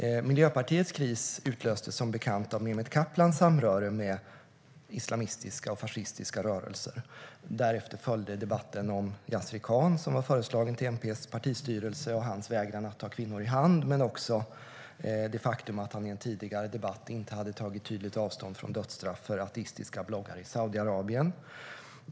Miljöpartiets kris utlöstes av Mehmet Kaplans samröre med islamistiska och fascistiska rörelser. Sedan följde debatten om Yasri Khan, som var föreslagen till MP:s partistyrelse, och hans vägran att ta kvinnor i hand och det faktum att han i en tidigare debatt inte tagit tydligt avstånd från dödsstraff för ateistiska bloggare i Saudiarabien.